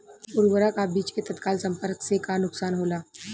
उर्वरक अ बीज के तत्काल संपर्क से का नुकसान होला?